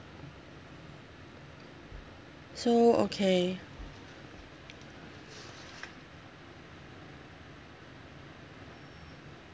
so okay